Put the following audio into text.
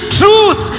truth